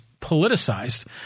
politicized